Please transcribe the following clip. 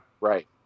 Right